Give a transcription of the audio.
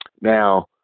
Now